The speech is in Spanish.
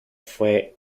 fue